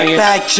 back